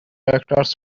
characters